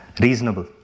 reasonable